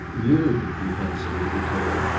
you, he handsomely declared,